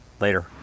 later